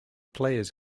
players